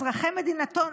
אזרחי מדינתו,